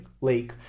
lake